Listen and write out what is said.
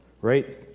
right